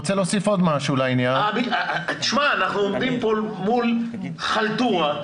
אנחנו עומדים כאן מול חלטורה,